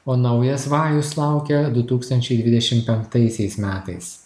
o naujas vajus laukia du tūkstančiai dvidešim penktaisiais metais